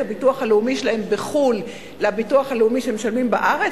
הביטוח הלאומי שלהם בחו"ל לביטוח הלאומי שמשלמים בארץ,